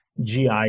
GI